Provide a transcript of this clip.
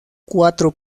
cuatro